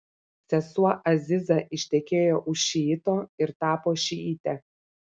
sesuo aziza ištekėjo už šiito ir tapo šiite